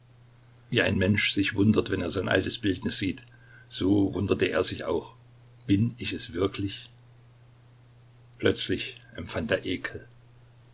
wie ein mensch sich wundert wenn er sein altes bildnis sieht so wunderte er sich auch bin ich es wirklich plötzlich empfand er ekel